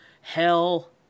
Hell